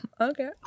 Okay